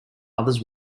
others